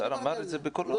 השר אמר את זה בקולו.